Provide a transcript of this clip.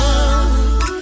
Love